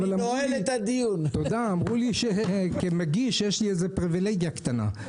אמרו לי שכמגיש יש לי פריבילגיה קטנה.